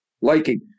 Liking